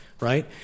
right